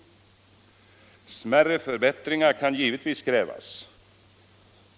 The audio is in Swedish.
Smärre förbättringar kan givetvis krävas.